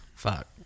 Fuck